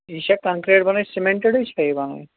یہِ چھا کَنکریٹ بَنٲوِتھ سِمٮ۪نٹِڈٕے چھا یہِ بَنٲوِتھ